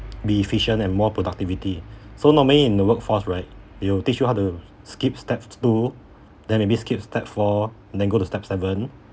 be efficient and more productivity so normally in the workforce right it'll teach you how to skip steps two then maybe skip step four then go to step seven